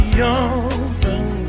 young